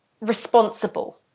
responsible